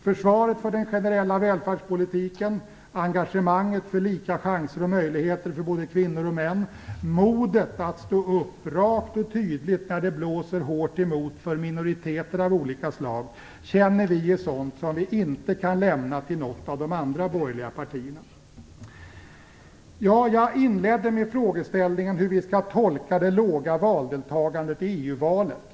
Försvaret för den generella välfärdspolitiken, engagemanget för lika chanser och möjligheter för både kvinnor och män, modet att stå upp rakt och tydligt för minoriteter av olika slag när det blåser hårt emot känner vi är sådant som vi inte kan lämna till något av de andra borgerliga partierna. Jag inledde med frågeställningen hur vi skall tolka det låga valdeltagandet i EU-valet.